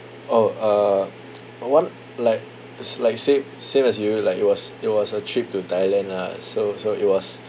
oh uh one like s~ like same same as you like it was it was a trip to thailand lah so so it was